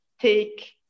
take